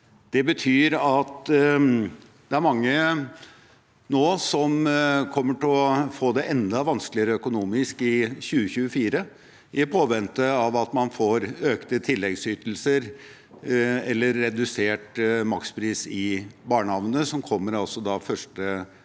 Det betyr at det er mange som kommer til å få det enda vanskeligere økonomisk i 2024, i påvente av at man får økte tilleggsytelser eller redusert makspris i barnehagen, som kommer 1.